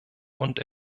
und